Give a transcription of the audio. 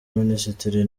minisitiri